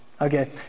okay